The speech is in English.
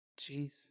Jeez